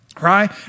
right